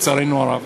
לצערנו הרב,